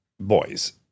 boys